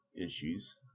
issues